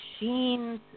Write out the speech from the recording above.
machines